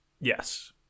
Yes